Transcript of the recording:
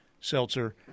Seltzer